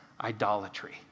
idolatry